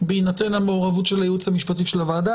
בהינתן המעורבות של הייעוץ המשפטי של הוועדה,